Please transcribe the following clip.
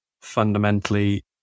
fundamentally